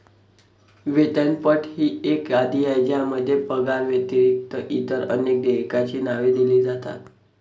वेतनपट ही एक यादी आहे ज्यामध्ये पगाराव्यतिरिक्त इतर अनेक देयकांची नावे दिली जातात